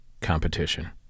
competition